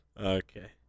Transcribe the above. Okay